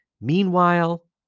meanwhile